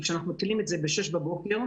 כי כשאנחנו מפעילים את זה בשש בבוקר,